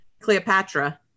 Cleopatra